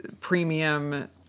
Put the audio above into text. premium